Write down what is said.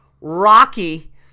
Rocky